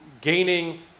gaining